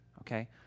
Okay